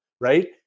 Right